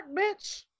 bitch